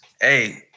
Hey